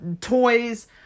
toys